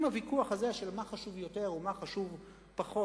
אם הוויכוח הזה של "מה חשוב יותר ומה חשוב פחות"